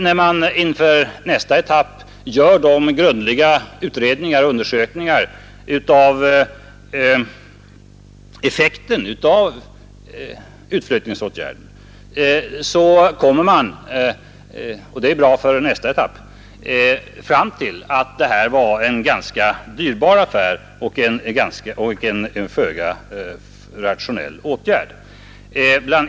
När man nu inför nästa etapp gör grundliga utredningar och undersökningar av effekterna av utflyttningsåtgärderna kommer man fram till att detta var en ganska dyrbar affär och en föga rationell åtgärd.